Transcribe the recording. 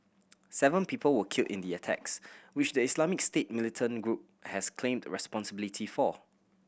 seven people were killed in the attacks which the Islamic State militant group has claimed responsibility for